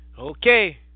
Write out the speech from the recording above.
Okay